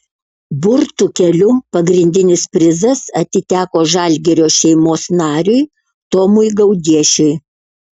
burtų keliu pagrindinis prizas atiteko žalgirio šeimos nariui tomui gaudiešiui